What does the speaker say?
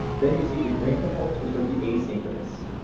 then you see the green components, which are the asynchronous.